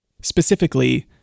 Specifically